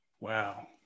Wow